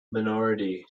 minority